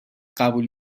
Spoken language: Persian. قبول